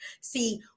see